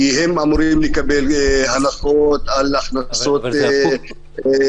כי הם אמורים לקבל הנחות על הכנסות מעטות,